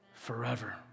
forever